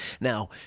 Now